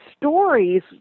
stories